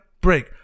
break